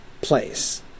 place